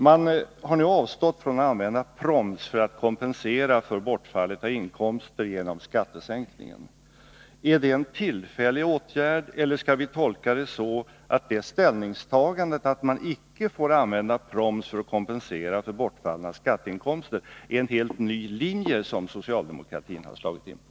Man har nu avstått från att använda proms för att kompensera för bortfallet av inkomster genom skattesänkningen. Är det en tillfällig åtgärd? Eller skall vi tolka det så, att det ställningstagandet att man icke får använda proms för att kompensera för bortfallna skatteinkomster är en helt ny linje som socialdemokratin har slagit in på?